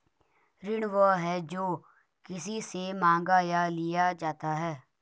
ऋण वह है, जो किसी से माँगा या लिया जाता है